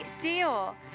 deal